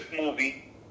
movie